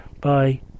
Bye